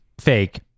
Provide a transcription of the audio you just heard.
fake